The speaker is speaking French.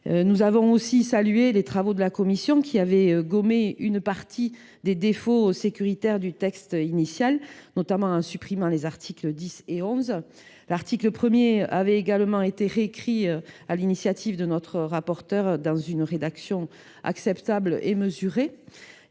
Nous avons salué les travaux de la commission, qui avaient gommé une partie des défauts sécuritaires du texte initial, notamment en supprimant les articles 10 et 11. L’article 1 avait également été réécrit, sur l’initiative de notre rapporteure, dans une rédaction acceptable et mesurée.